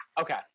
Okay